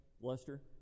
Lester